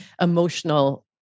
emotional